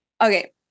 Okay